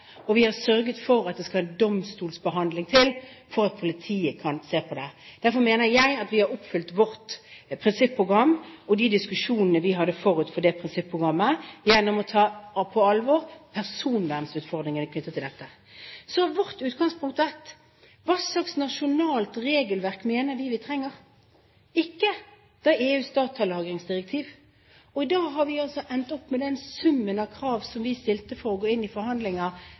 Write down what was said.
og vi har sørget for at det skal en domstolsbehandling til for at politiet kan se på det. Derfor mener jeg at vi har oppfylt vårt prinsipprogram og de diskusjonene vi hadde forut for det prinsipprogrammet, gjennom å ta på alvor personvernutfordringene knyttet til dette. Vårt utgangspunkt har vært hva slags nasjonalt regelverk vi mener at vi trenger – ikke EUs datalagringsdirektiv. Da har vi altså endt opp med den summen av krav som vi stilte for å gå inn i forhandlinger